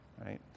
right